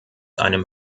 einem